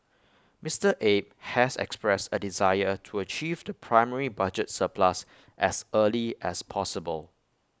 Mister Abe has expressed A desire to achieve the primary budget surplus as early as possible